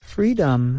Freedom